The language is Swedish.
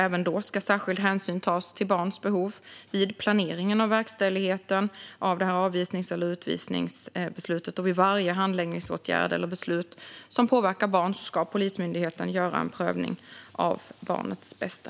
Även då ska särskild hänsyn till barns behov vid planeringen av verkställigheten av avvisnings eller utvisningsbeslutet. Vid varje handläggningsåtgärd eller beslut som påverkar barn ska Polismyndigheten gör en prövning av barnets bästa.